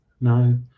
no